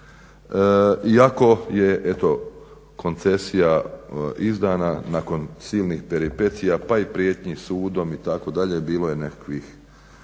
iako je eto koncesija izdana nakon silnih peripecija pa i prijetnji sudom itd., bilo je nekakvih